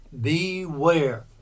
beware